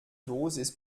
dosis